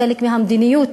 חלק מהמדיניות